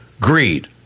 Greed